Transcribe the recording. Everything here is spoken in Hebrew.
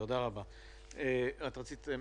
רצית משפט.